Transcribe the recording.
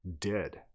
dead